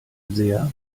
sehr